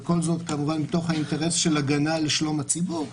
וכל זאת כמובן מתוך האינטרס של הגנה על שלום הציבור,